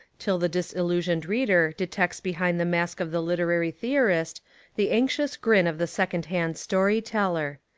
till the disillusioned reader detects be hind the mask of the literary theorist the anx ious grin of the second-hand story-teller.